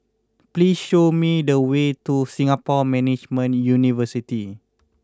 please show me the way to Singapore Management University